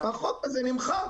החוק הזה נמחק.